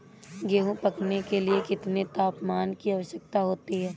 गेहूँ पकने के लिए कितने तापमान की आवश्यकता होती है?